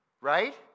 right